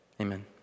Amen